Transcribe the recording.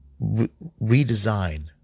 redesign